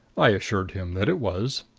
i assured him that it was.